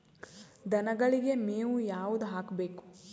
ದನಗಳಿಗೆ ಮೇವು ಯಾವುದು ಹಾಕ್ಬೇಕು?